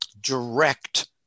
direct